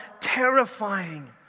terrifying